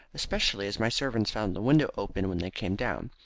especially as my servants found the window open when they came down.